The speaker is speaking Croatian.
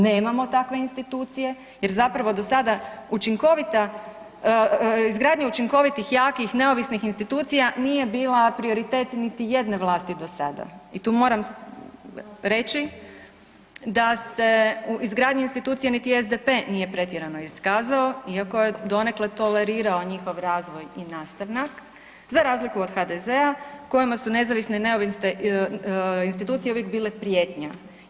Nemamo takve institucije jer zapravo do sada učinkovita, izgradnja učinkovitih, jakih neovisnih institucija nije bila prioritet niti jedne vlasti do sada i tu moram reći da se u izgradnji institucija niti SDP-e nije pretjerano iskazao iako je donekle tolerirao njihov razvoj i nastanak za razliku od HDZ-a kojima su nezavisne i neovisne institucije uvijek bile prijetnja.